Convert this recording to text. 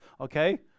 Okay